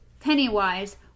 Pennywise